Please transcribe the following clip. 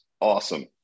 Awesome